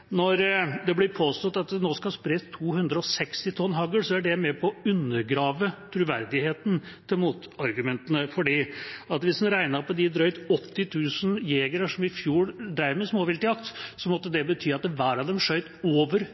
når det blir påstått at det nå skal spres 260 tonn hagl, er det med på å undergrave troverdigheten i motargumentene. For hvis en regnet på de drøyt 80 000 jegerne som i fjor drev med småviltjakt, måtte det bety at hver av dem skjøt over